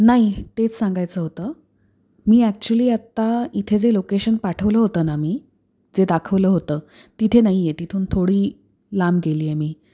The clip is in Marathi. नाही तेच सांगायचं होतं मी ॲक्च्युली आत्ता इथे जे लोकेशन पाठवलं होतं ना मी जे दाखवलं होतं तिथे नाही आहे तिथून थोडी लांब गेली आहे मी